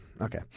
Okay